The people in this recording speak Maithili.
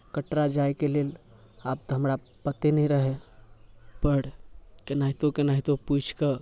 कटरा जायके लेल आब तऽ हमरा पते नहि रहए पर केनाहितो केनाहितो पूछि कऽ